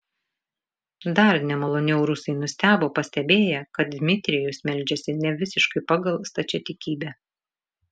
dar nemaloniau rusai nustebo pastebėję kad dmitrijus meldžiasi nevisiškai pagal stačiatikybę